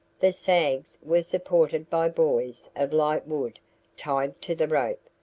the sags were supported by buoys of light wood tied to the rope,